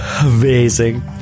Amazing